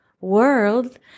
world